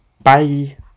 bye